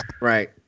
Right